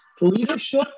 leadership